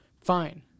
fine